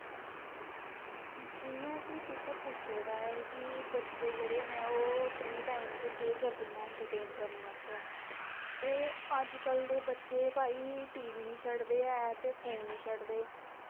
जि'यां कि तुसें पुच्छे दा ऐ कि बच्चे जेह्ड़े न ओह् फ्री टैम च केह् करदे न इंन्टरटेंन करने आस्तै अज कल दे बच्चे भाई टी वी नी छडदे ऐ ते फोन नी छडदे